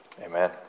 Amen